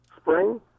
spring